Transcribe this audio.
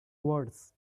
words